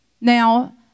Now